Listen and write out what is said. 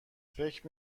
فکر